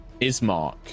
Ismark